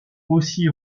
aussi